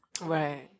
Right